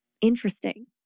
interesting